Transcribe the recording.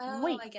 wait